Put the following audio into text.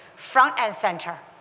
front and center.